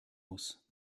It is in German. muss